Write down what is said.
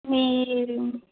మీరు